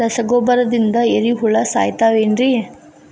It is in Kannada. ರಸಗೊಬ್ಬರದಿಂದ ಏರಿಹುಳ ಸಾಯತಾವ್ ಏನ್ರಿ?